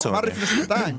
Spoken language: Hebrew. הוא אמר לפני שנתיים,